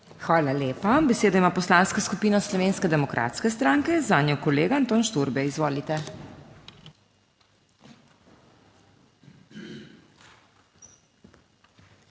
Hvala lepa. Besedo ima Poslanska skupina Slovenske demokratske stranke, zanjo kolega Anton Šturbej. Izvolite. **ANTON